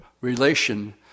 relation